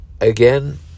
Again